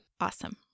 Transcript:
Awesome